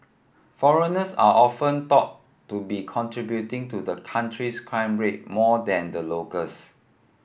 foreigners are often thought to be contributing to the country's crime rate more than the locals